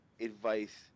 advice